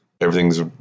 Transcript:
Everything's